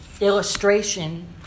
illustration